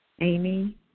Amy